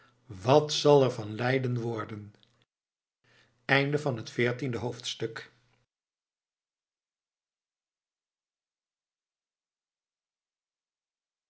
wat zal van leiden worden veertiende hoofdstuk